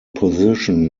position